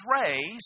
raised